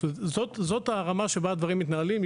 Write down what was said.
זאת הרמה שבה הדברים מתנהלים.